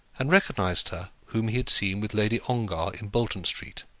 and recognized her whom he had seen with lady ongar in bolton street.